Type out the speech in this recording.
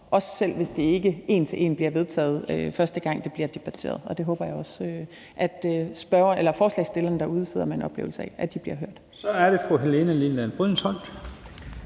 også selv hvis det ikke en til en bliver vedtaget, første gang det bliver debatteret. Og jeg håber også, at forslagsstillerne derude sidder med en oplevelse af, at de bliver hørt. Kl. 12:40 Første næstformand (Leif